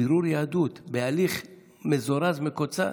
בירור יהדות בהליך מזורז, מקוצר.